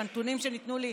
מהנתונים שניתנו לי,